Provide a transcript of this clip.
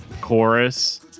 chorus